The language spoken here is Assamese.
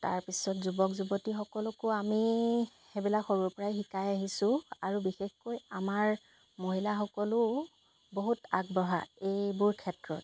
তাৰপিছত যুৱক যুৱতীসকলকো আমি সেইবিলাক সৰুৰপৰাই শিকাই আহিছোঁ আৰু বিশেষকৈ আমাৰ মহিলাসকলো বহুত আগবঢ়া এইবোৰ ক্ষেত্ৰত